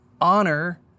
Honor